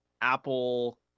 apple